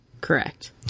Correct